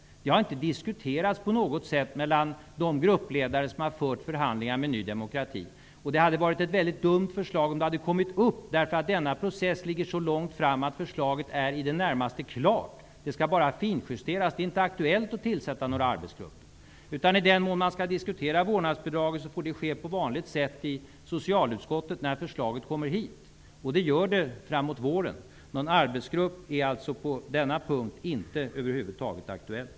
En arbetsgrupp har inte alls diskuterats mellan de gruppledare som har fört förhandlingar med Ny demokrati. Det hade varit ett väldigt dumt förslag om det hade kommit upp, därför att denna process ligger så långt fram att förslaget är i det närmaste klart. Det skall bara finjusteras. I den mån man skall diskutera vårdnadsbidraget får det ske på vanligt sätt i socialutskottet när förslaget kommer hit, och det gör det framåt våren. Någon arbetsgrupp är alltså över huvud taget inte aktuell på denna punkt.